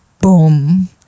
boom